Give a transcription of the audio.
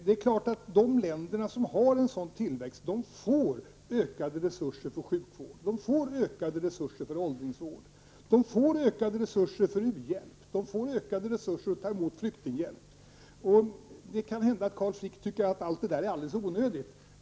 Det är klart att de länder som har en sådan tillväxt får ökade resurser för sjukvård, de får ökade resurser för åldringsvård, de får ökade resurser för u-hjälp, de får ökade resurser att ta emot flyktingar. Det kan hända att Carl Frick tycker att allt det är alldeles onödigt.